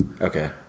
okay